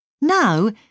Now